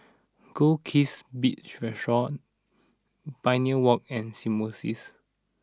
Goldkist Beach Resort Pioneer Walk and Symbiosis